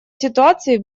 ситуации